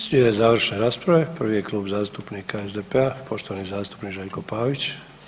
Slijede završne rasprave, prvi je Klub zastupnika SDP-a i poštovani zastupnik Željko Pavić.